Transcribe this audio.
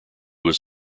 was